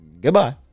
goodbye